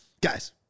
Guys